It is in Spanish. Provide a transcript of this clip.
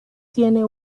tiene